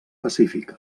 pacífic